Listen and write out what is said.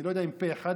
אני לא יודע אם פה אחד,